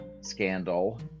scandal